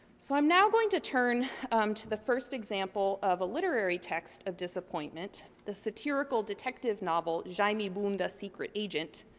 so, i'm now going to turn to the first example of a literary text of disappointment. the satirical detective novel jaime bunda, secret agent,